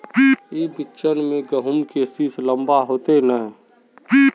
ई बिचन में गहुम के सीस लम्बा होते नय?